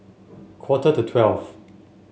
quarter to twelve